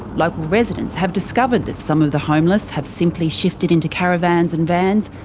like residents have discovered that some of the homeless have simply shifted into caravans and vans,